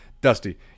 Dusty